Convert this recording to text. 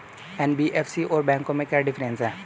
NBFC और बैंकों में क्या डिफरेंस है?